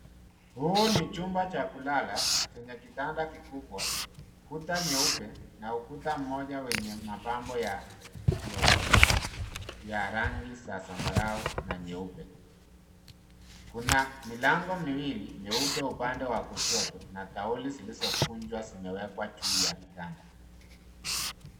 Huu ni chumba cha kulala chenye kitanda kikubwa, kuta nyeupe na ukuta mmoja wenye mapambo ya kijiometri ya rangi za zambarau na nyeupe. Kuna milango miwili meupe upande wa kushoto na taulo zilizokunjwa zimewekwa juu ya kitanda.